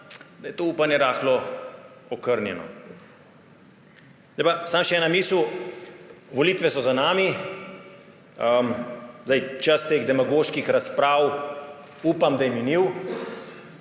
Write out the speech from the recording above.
da je to upanje rahlo okrnjeno. Zdaj pa samo še ena misel. Volitve so za nami. Čas teh demagoških razprav, upam, da je minil.